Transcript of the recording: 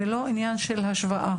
זה לא עניין של השוואה.